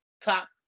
top